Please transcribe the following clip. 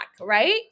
right